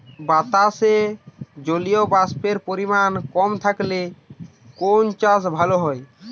বাতাসে জলীয়বাষ্পের পরিমাণ কম থাকলে কোন চাষ ভালো হয়?